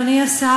אדוני השר,